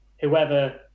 whoever